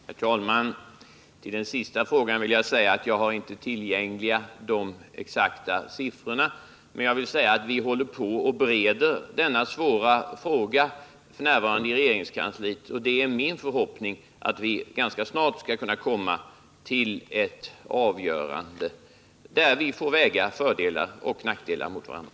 Herr talman! Jag har inte de exakta siffrorna tillgängliga här för att kunna besvara Stina Anderssons senaste fråga. Jag vill emellertid säga att vi f. n. bereder denna svåra fråga i regeringskansliet och att det är min förhoppning att vi ganska snart skall kunna komma till ett avgörande, där vi får väga fördelar och nackdelar mot varandra.